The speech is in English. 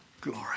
Glory